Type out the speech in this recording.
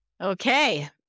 Okay